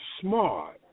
smart